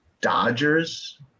Dodgers